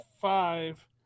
five